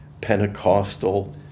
Pentecostal